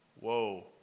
whoa